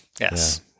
Yes